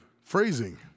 Phrasing